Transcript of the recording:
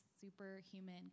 superhuman